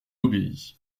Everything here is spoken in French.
obéit